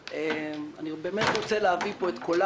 אני באמת רוצה להביא לפה את קולם